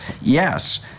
Yes